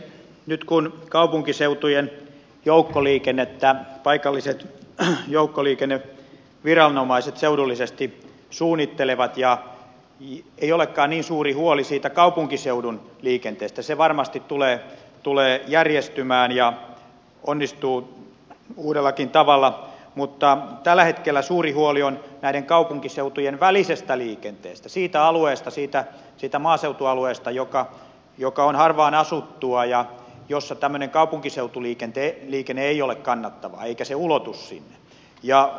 nyt kun kaupunkiseutujen joukkoliikennettä paikalliset joukkoliikenneviranomaiset seudullisesti suunnittelevat ei olekaan niin suuri huoli siitä kaupunkiseudun liikenteestä se varmasti tulee järjestymään ja onnistuu uudellakin tavalla mutta tällä hetkellä suuri huoli on näiden kaupunkiseutujen välisestä liikenteestä siitä alueesta siitä maaseutualueesta joka on harvaan asuttua ja jossa tämmöinen kaupunkiseutuliikenne ei ole kannattavaa ja jonneka se ei ulotu